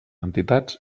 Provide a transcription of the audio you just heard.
entitats